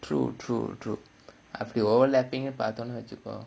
true true true after all laughing but I don't know where to go